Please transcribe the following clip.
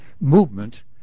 movement